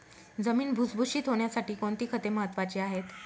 जमीन भुसभुशीत होण्यासाठी कोणती खते महत्वाची आहेत?